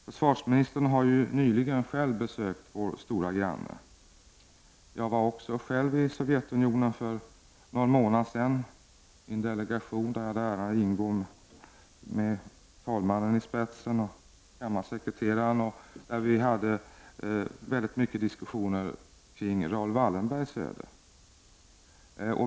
Försvarsministern har nyligen själv besökt vår stora granne. Jag var själv i Sovjetunionen för någon månad sedan. Jag hade äran att ingå i en delegation med talmannen och kammarsekreteraren i spetsen. Vi hade många diskussioner kring Raoul Wallenbergs öde.